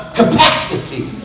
capacity